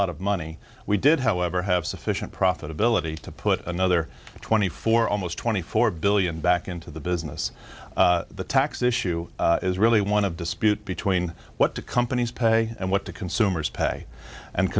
lot of money we did however have sufficient profitability to put another twenty four almost twenty four billion back into the business the tax issue is really one of dispute between what the companies pay and what the consumers pay and